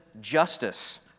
justice